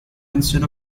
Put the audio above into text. instead